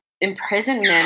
Imprisonment